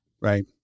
Right